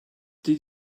did